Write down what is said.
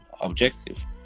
objective